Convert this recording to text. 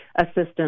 assistance